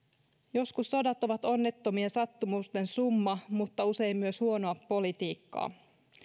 joskus sodat ovat onnettomien sattumusten summa mutta usein myös huonoa politiikkaa